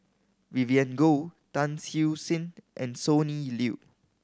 Vivien Goh Tan Siew Sin and Sonny Liew